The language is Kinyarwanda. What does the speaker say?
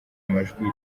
amajwi